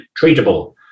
treatable